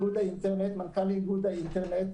מנכ"ל איגוד האינטרנט,